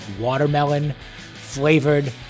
watermelon-flavored